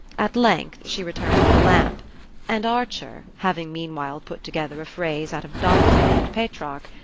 at length she returned with a lamp and archer, having meanwhile put together a phrase out of dante and petrarch,